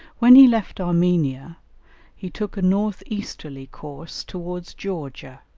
when he left armenia he took a north-easterly course towards georgia,